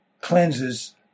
cleanses